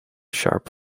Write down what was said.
sharp